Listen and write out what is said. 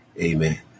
Amen